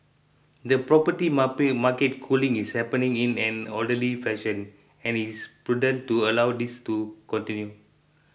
the property market cooling is happening in an orderly fashion and it is prudent to allow this to continue